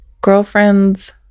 Girlfriend's